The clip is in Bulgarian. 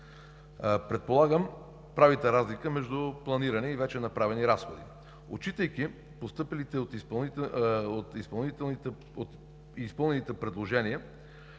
Предполагам, че правите разлика между планиране и вече направени разходи? Отчитайки постъпилите изпълнени предложения,